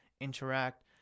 interact